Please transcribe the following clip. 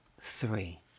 three